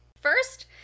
First